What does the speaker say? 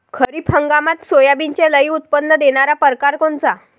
खरीप हंगामात सोयाबीनचे लई उत्पन्न देणारा परकार कोनचा?